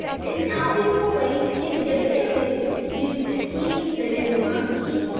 de naughty boys in de village used to tease de little monkey,